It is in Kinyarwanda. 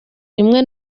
rimwe